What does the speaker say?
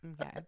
Okay